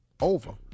over